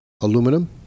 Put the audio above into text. aluminum